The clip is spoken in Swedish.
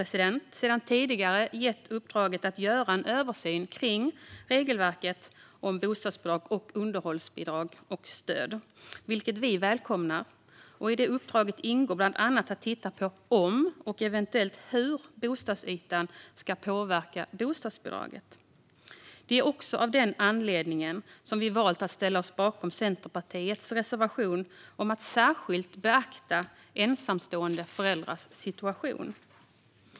Regeringen har sedan tidigare gett uppdraget att göra en översyn av regelverket om bostadsbidrag, underhållsbidrag och underhållsstöd, vilket vi välkomnar. I det uppdraget ingår bland annat att titta på om och eventuellt hur bostadsytan ska påverka bostadsbidraget. Det är också av den anledningen som vi valt att ställa oss bakom Centerpartiets reservation om att särskilt beakta ensamstående föräldrars situation.